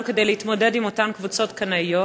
כדי להתמודד עם אותן קבוצות קנאיות.